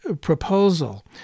proposal